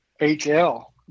HL